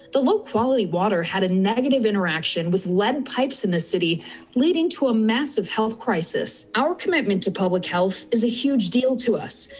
the low quality water had a negative interaction with lead pipes in the city leading to a massive health crisis. our commitment to public health is a huge deal to us.